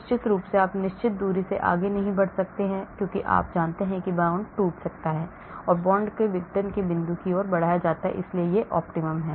निश्चित रूप से आप निश्चित दूरी से आगे नहीं बढ़ सकते हैं क्योंकि आप जानते हैं कि बंधन टूट सकता है बंधन को विघटन के बिंदु की ओर बढ़ाया जाता है इसलिए यह optimum है